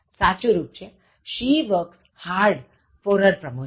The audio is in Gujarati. સાચું રુપ છે She works hard for her promotion